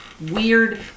weird